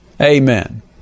Amen